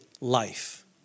life